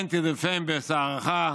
כן תרדפם בסערך,